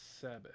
Sabbath